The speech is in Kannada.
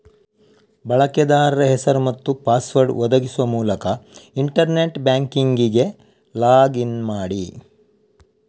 ಬಳಕೆದಾರ ಹೆಸರು ಮತ್ತು ಪಾಸ್ವರ್ಡ್ ಒದಗಿಸುವ ಮೂಲಕ ಇಂಟರ್ನೆಟ್ ಬ್ಯಾಂಕಿಂಗಿಗೆ ಲಾಗ್ ಇನ್ ಮಾಡಿ